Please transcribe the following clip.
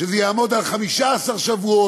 שזה יעמוד על 15 שבועות.